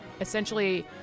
essentially